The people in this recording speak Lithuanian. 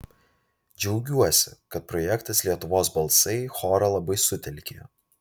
džiaugiuosi kad projektas lietuvos balsai chorą labai sutelkė